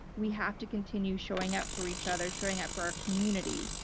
we have to continue showing up for each other, showing up for our community.